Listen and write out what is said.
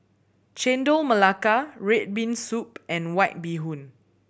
Chendol Melaka red bean soup and White Bee Hoon